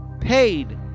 Paid